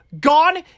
Gone